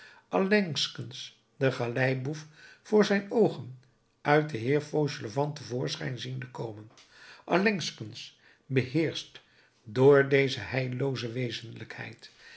allengskens den galeiboef voor zijn oogen uit den heer fauchelevent te voorschijn ziende komen allengskens beheerscht door deze heillooze wezenlijkheid